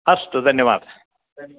अस्तु धन्यवादः